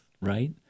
right